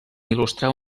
il·lustrar